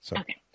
okay